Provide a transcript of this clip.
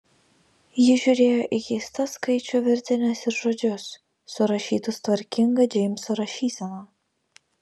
ji žiūrėjo į keistas skaičių virtines ir žodžius surašytus tvarkinga džeimso rašysena